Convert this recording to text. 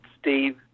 Steve